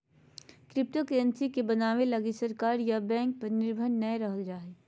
cryptocurrency के बनाबे लगी सरकार या बैंक पर निर्भर नय रहल जा हइ